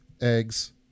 eggs